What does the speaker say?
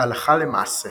הלכה למעשה